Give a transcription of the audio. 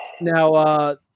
now